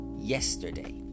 yesterday